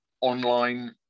online